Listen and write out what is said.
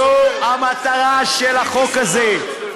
זו המטרה של החוק הזה.